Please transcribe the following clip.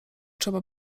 trzeba